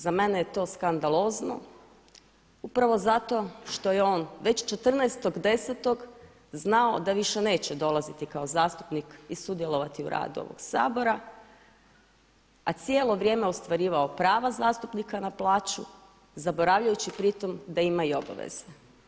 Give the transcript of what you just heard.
Za mene je to skandalozno upravo zato što je on već 14.10. znao da više neće dolaziti kao zastupnik i sudjelovati u radu ovog Sabora a cijelo vrijeme ostvarivao prava zastupnika na plaću zaboravljajući pritom da ima i obaveze.